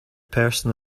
person